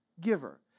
giver